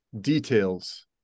details